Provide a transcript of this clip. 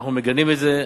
אנחנו מגנים את זה.